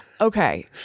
Okay